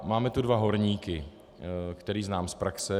Máme tu dva horníky, které znám z praxe.